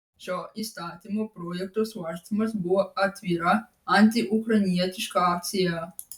šio įstatymo projekto svarstymas buvo atvira antiukrainietiška akcija